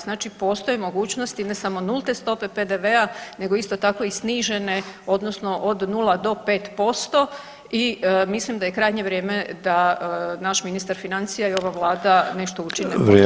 Znači postoji mogućnost i ne samo nulte stope PDV-a nego isto tako i snižene, odnosno od 0 do 5% i mislim da je krajnje vrijeme da naš Ministar financija i ova Vlada nešto učine po tom pitanju.